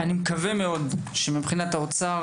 אני מקווה מאוד שמבחינת האוצר,